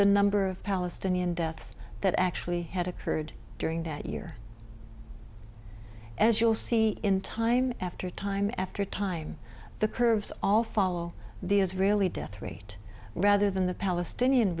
the number of palestinian deaths that actually had occurred during that year as you'll see in time after time after time the curves all follow the israeli death rate rather than the palestinian